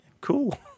cool